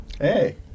Hey